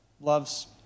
Loves